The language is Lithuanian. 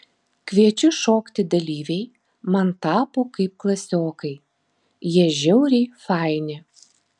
kviečiu šokti dalyviai man tapo kaip klasiokai jie žiauriai faini